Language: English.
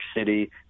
City